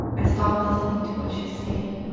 i stop listening to what she's saying.